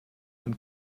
von